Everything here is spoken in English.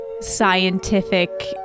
scientific